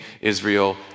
Israel